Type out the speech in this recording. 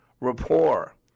Rapport